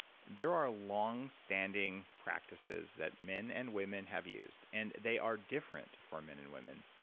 there are longstanding practices that men and women have used. and they are different for men and women,